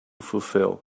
fulfill